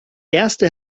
erste